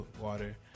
water